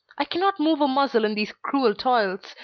i cannot move a muscle in these cruel toils,